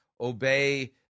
obey